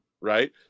right